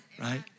right